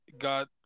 got